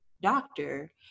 doctor